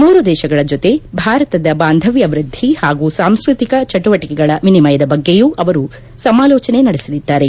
ಮೂರು ದೇಶಗಳ ಜೊತೆ ಭಾರತದ ಬಾಂಧವ್ಯ ವೃದ್ದಿ ಹಾಗೂ ಸಾಂಸ್ಟತಿಕ ಚಟುವಟಿಕೆಗಳ ವಿನಿಮಯದ ಬಗ್ಗೆಯೂ ಅವರು ಸಮಾಲೋಚನೆ ನಡೆಸಲಿದ್ದಾರೆ